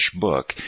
book